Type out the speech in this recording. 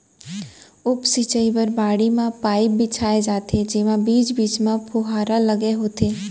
उप सिंचई बर बाड़ी म पाइप बिछाए जाथे जेमा बीच बीच म फुहारा लगे होथे